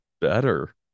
better